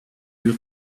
you